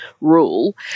rule